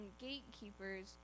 gatekeepers